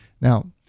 Now